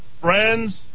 friends